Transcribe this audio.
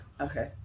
Okay